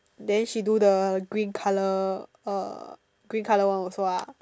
then she do the green colour uh green colour one also ah